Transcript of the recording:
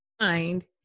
mind